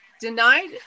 denied